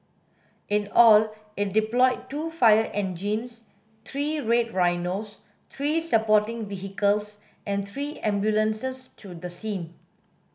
in all it deployed two fire engines three Red Rhinos three supporting vehicles and three ambulances to the scene